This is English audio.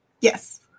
Yes